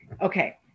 Okay